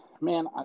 man